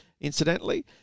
incidentally